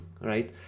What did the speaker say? right